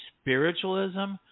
spiritualism